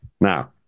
now